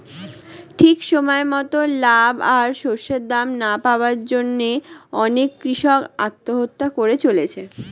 ঠিক সময় মতন লাভ আর শস্যের দাম না পাওয়ার জন্যে অনেক কূষক আত্মহত্যা করে চলেছে